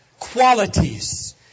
qualities